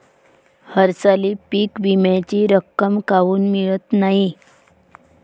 हरसाली पीक विम्याची रक्कम काऊन मियत नाई?